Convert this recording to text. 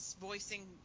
voicing